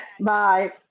Bye